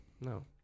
No